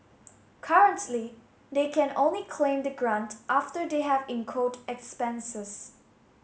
currently they can only claim the grant after they have incurred expenses